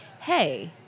hey